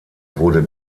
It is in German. wurde